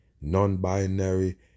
Non-binary